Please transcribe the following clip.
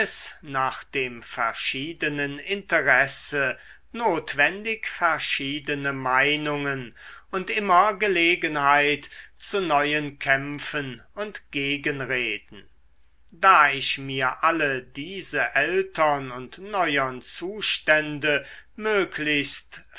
nach dem verschiedenen interesse notwendig verschiedene meinungen und immer gelegenheit zu neuen kämpfen und gegenreden da ich mir alle diese ältern und neuern zustände möglichst